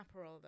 Aperol